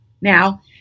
Now